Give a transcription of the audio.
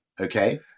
Okay